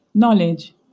Knowledge